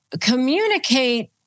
communicate